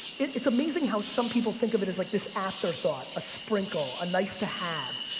it's amazing how some people think of it as like this afterthought, a sprinkle, a nice to have,